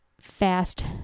fast